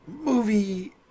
Movie